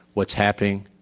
what's happening,